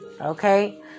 Okay